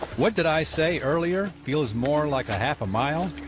what did i say earlier, feels more like a half a mile.